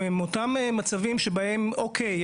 יש את אותם מצבים שבהם: אוקיי,